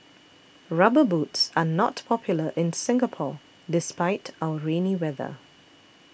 rubber boots are not popular in Singapore despite our rainy weather